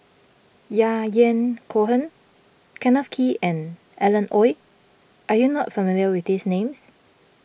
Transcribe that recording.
Yahya Cohen Kenneth Kee and Alan Oei Are you not familiar with these names